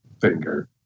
finger